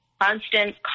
Constant